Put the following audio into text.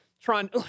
trying